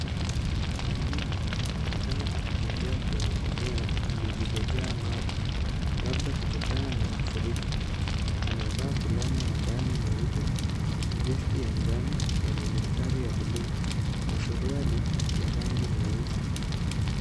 Mwanaume anaonekana akitembea kwenye eneo lililojaa maji, labda kutokana na mafuriko. Amevaa fulana ya ndani nyeupe, vesti ya njano yenye mistari ya buluu na suruali ya rangi nyeusi.